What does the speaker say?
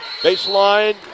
Baseline